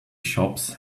shops